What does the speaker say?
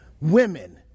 women